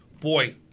boy